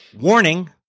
Warning